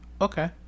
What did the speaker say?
Okay